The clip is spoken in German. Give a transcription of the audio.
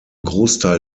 großteil